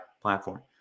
platform